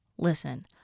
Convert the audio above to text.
Listen